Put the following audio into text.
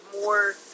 more